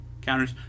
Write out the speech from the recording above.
counters